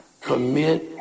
commit